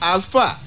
Alpha